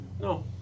No